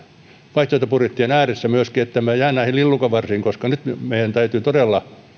vaihtoehtobudjettien ääressä myöskin ettemme jää näihin lillukanvarsiin koska nyt meidän täytyy todella